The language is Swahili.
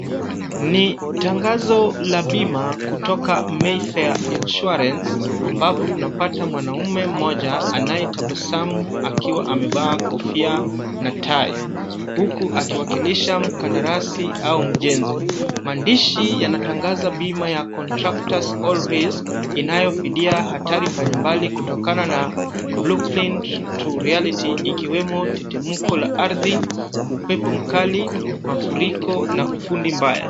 Ni tangazo la bima kutoka Mayfair Insurance ambapo tunapata mwanaume mmoja anayetabasamu akiwa amevaa kofia na tai huku akiwakilisha mkandarasi au mjenzi. Maandishi yanatangaza bima ya Contractors All Risks , inayofidia hatari mbalimbali kutokana na Blueprint to Reality ikiwemo tetemeko la ardhi, upepo mkali, mafuriko, na ufundi mbaya.